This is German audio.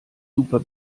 super